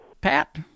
Pat